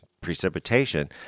precipitation